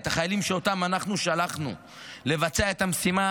ושם החיילים שאותם אנחנו שלחנו לבצע את המשימה,